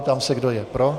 Ptám se, kdo je pro.